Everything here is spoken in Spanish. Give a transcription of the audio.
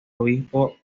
obispo